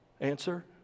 Answer